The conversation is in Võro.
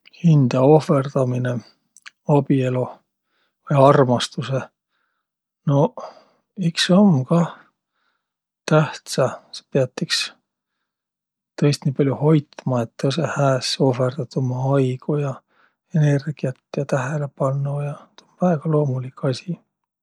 Hindäohvõrdaminõ abieloh ja armastusõh? No iks om kah tähtsä. Sa piät tõist iks niipall'o hoitma, et tõõsõ hääs ohvõrdat umma aigo ja energiät ja tähelepanno ja – väega loomulik asi.